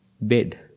bed